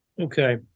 Okay